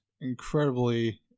incredibly